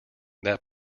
that